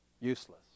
useless